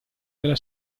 della